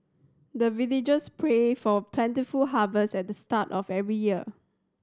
the villagers pray for plentiful harvest at the start of every year